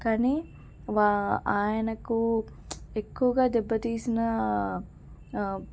కానీ వా ఆయనకు ఎక్కువగా దెబ్బతీసిన